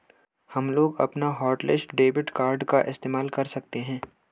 हमलोग अपना hotlist debit card का इस्तेमाल कर सकते हैं